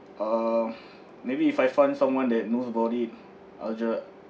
um maybe if I find someone that knows about it I'll just